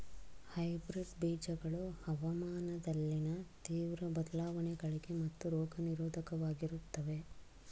hybrid ಬೀಜಗಳು ಹವಾಮಾನದಲ್ಲಿನ ತೀವ್ರ ಬದಲಾವಣೆಗಳಿಗೆ ಮತ್ತು ರೋಗ ನಿರೋಧಕವಾಗಿರುತ್ತವೆ